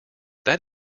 that